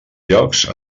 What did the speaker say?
llocs